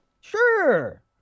Sure